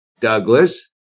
Douglas